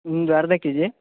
ಒಂದು ಅರ್ಧ K G